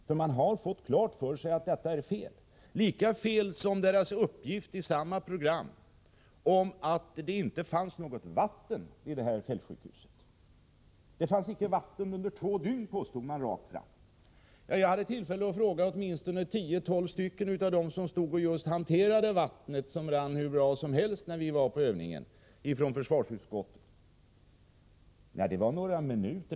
Man har nämligen fått klart för sig att detta är fel, lika fel som uppgiften i samma program att det inte fanns något vatten i fältsjukhuset. Det fanns icke vatten under två dygn, påstods det. Jag hade tillfälle att fråga åtminstone tio tolv av dem som stod och hanterade vattnet. Det rann hur bra som helst när vi från försvarsutskottet såg på övningen.